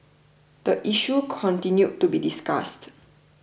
the issue continued to be discussed